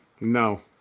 No